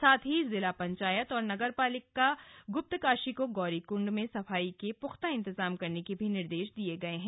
साथ ही जिला पंचायत और नगरपालिका गुप्तकाशी को गौरीकुंड में सफाई के पुख्ता इंतजाम करने के निर्देश दिए हैं